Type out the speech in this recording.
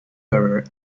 bearer